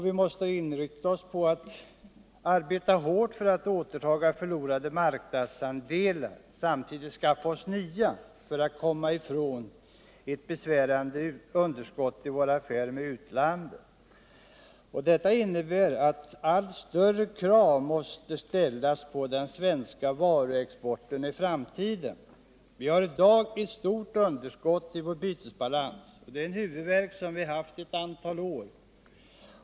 Vi måste inrikta oss på att arbeta härt för att återta förlorade marknadsandelar och samtidigt skatfa oss nya för att komma ifrån ett besvärande underskott i våra affärer med utlandet. Detta innebär att allt större krav måste ställas på den svenska varuexporten i framtiden. Vi har i dag ett stort underskott i vår bytesbalans. Det är en huvudvärk som vi haft i ett antal år.